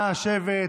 נא לשבת.